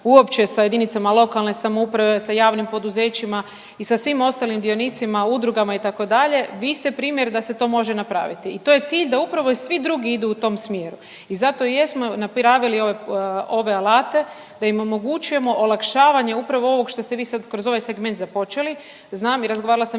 uopće sa jedinicama lokalne samouprave sa javnim poduzećima i sa svim ostalim dionicima, udrugama itd., vi ste primjer da se to može napraviti i to je cilj da upravo i svi drugi idu u tom smjeru. I zato jesmo napravili ove alate da im omogućujemo olakšavanje upravo ovog što ste vi sad kroz ovaj segment započeli. Znam i razgovarala sam